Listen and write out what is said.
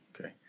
Okay